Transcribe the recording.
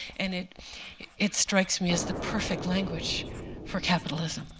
and it it strikes me as the perfect language for capitalism.